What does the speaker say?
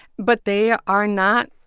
but they are not,